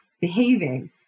behaving